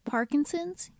Parkinson's